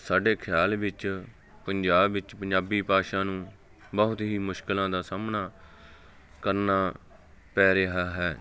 ਸਾਡੇ ਖਿਆਲ ਵਿੱਚ ਪੰਜਾਬ ਵਿੱਚ ਪੰਜਾਬੀ ਭਾਸ਼ਾ ਨੂੰ ਬਹੁਤ ਹੀ ਮੁਸ਼ਕਲਾਂ ਦਾ ਸਾਹਮਣਾ ਕਰਨਾ ਪੈ ਰਿਹਾ ਹੈ